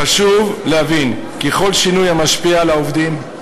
חשוב להבין כי כל שינוי המשפיע על העובדים,